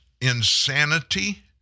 insanity